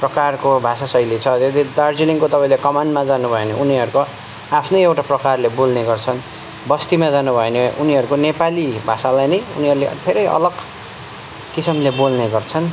प्रकारको भाषा शैली छ यदि दार्जिलिङको तपाईँले कमानमा जानुभयो भने उनीहरूको आफ्नै एउटा प्रकारले बोल्ने गर्छन् बस्तीमा जानुभयो भने उनीहरूको नेपाली भाषालाई नै उनीहरूले धेरै अलग किसिमले बोल्ने गर्छन्